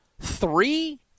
Three